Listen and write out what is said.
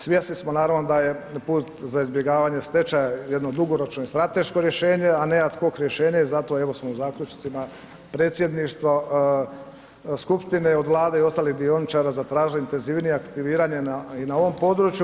Svjesni smo naravno da je put za izbjegavanje stečaja jedno dugoročno i strateško rješenje a ne ad hoc rješenje i zato evo smo u zaključcima predsjedništva skupštine od Vlade i ostalih dioničara zatražili intenzivnije aktiviranje i na ovom području.